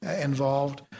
involved